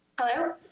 hello?